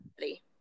ready